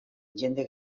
jende